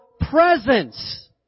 presence